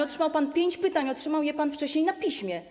Otrzymał pan pięć pytań, otrzymał je pan wcześniej na piśmie.